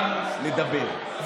באנו לדבר,